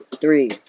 three